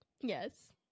Yes